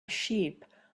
sheep